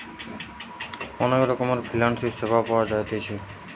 অনেক রকমের ফিনান্সিয়াল সেবা পাওয়া জাতিছে